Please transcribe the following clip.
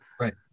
Right